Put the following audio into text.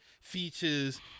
features